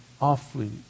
awfully